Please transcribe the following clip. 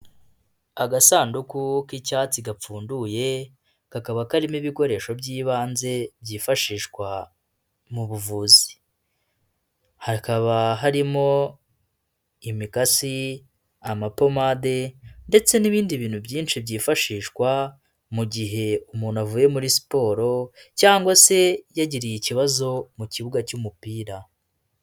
Agasanduku k'icyatsi gapfunduye, kakaba karimo ibikoresho by'ibanze byifashishwa mu buvuzi, hakaba harimo imikasi, amapomade ndetse n'ibindi bintu byinshi byifashishwa mu gihe umuntu avuye muri siporo cyangwa se yagiriye ikibazo mu kibuga cy'umupira.